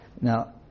Now